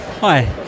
Hi